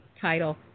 title